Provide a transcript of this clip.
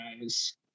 guys